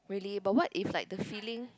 really but what if like the feeling